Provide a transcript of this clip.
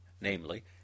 namely